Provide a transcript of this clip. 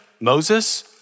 Moses